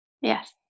Yes